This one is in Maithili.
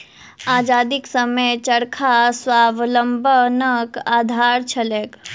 आजादीक समयमे चरखा स्वावलंबनक आधार छलैक